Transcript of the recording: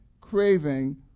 craving